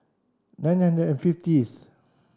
nine hundred and fiftieth